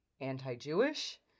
anti-Jewish